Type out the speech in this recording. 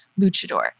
luchador